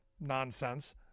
nonsense